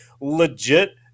legit